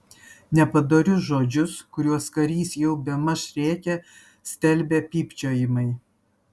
nepadorius žodžius kuriuos karys jau bemaž rėkė stelbė pypčiojimai